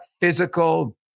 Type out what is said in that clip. physical